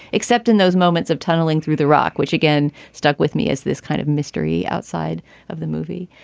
except in those moments of tunneling through the rock, which again stuck with me as this kind of mystery outside of the movie.